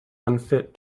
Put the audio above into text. unfit